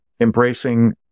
embracing